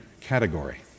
category